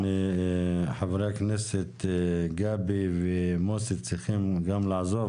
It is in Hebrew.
חברי הכנסת גבי ומוסי צריכים לעזוב,